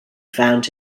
found